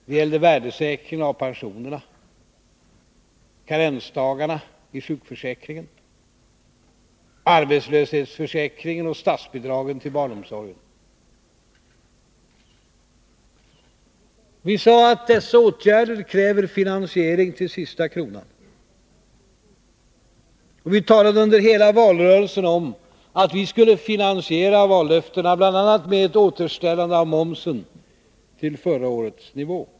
Det gällde värdesäkringen av pensionerna, karensdagarna i sjukförsäkringen, arbetslöshetsförsäkringen och statsbidragen till barnomsorgen. Vi sade att dessa åtgärder kräver finansiering till sista kronan. Och vi talade under hela valrörelsen om att vi skulle finansiera vallöftena bl.a. med ett återställande av momsen till förra årets nivå.